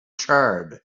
charred